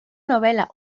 novelas